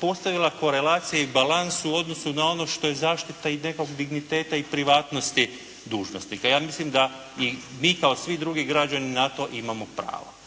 postavila korelacija i balans u odnosu na ono što je zaštita i nekog digniteta i privatnosti dužnosnika. Ja mislim da i mi kao svi drugi građani, na to imamo pravo.